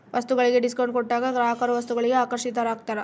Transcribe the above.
ವಸ್ತುಗಳಿಗೆ ಡಿಸ್ಕೌಂಟ್ ಕೊಟ್ಟಾಗ ಗ್ರಾಹಕರು ವಸ್ತುಗಳಿಗೆ ಆಕರ್ಷಿತರಾಗ್ತಾರ